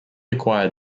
acquired